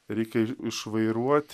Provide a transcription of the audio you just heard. reikia išvairuot